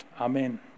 Amen